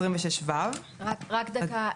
26ו. רק דקה.